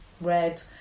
red